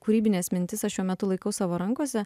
kūrybines mintis aš šiuo metu laikau savo rankose